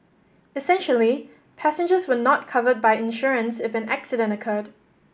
essentially passengers were not covered by insurance if an accident occurred